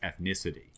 ethnicity